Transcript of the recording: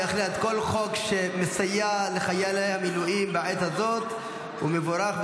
בהחלט כל חוק שמסייע לחיילי המילואים בעת הזאת הוא מבורך,